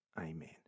Amen